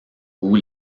goût